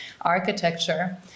architecture